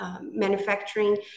manufacturing